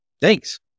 thanks